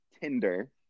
Tinder